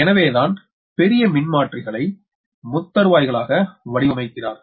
எனவேதான் பெரிய மின்மாற்றிகளை முத்தருவைகளாக வடிவமைக்கிறார்கள்